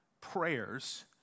prayers